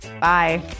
Bye